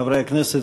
חברי הכנסת,